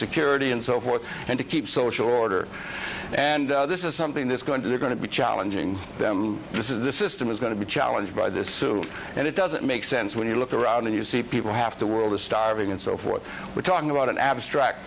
security and so forth and to keep social order and this is something that's going to they're going to be challenging this is the system is going to be challenged by this and it doesn't make sense when you look around and you see people have to world is starving and so forth we're talking about an abstract